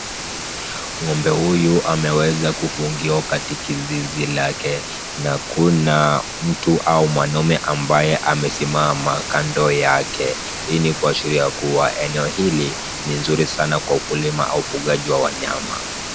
Ng'ombe huyu ameweza kufungiwa katika zizi lake, na kuna mtu au mwanaume ambaye amesimama kando yake. Hii ni kuashiria kuwa eneo hili ni nzuri sana kwa ukulima au ufugaji wa wanyama.